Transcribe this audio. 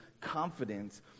confidence